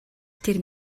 тэр